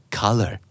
color